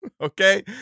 okay